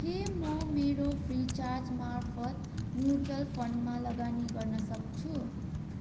के म मेरो फ्रिचार्ज मार्फत म्युचुवल फन्डमा लगानी गर्न सक्छु